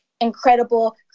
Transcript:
incredible